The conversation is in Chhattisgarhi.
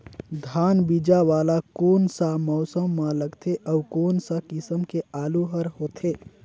धान बीजा वाला कोन सा मौसम म लगथे अउ कोन सा किसम के आलू हर होथे?